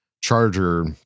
Charger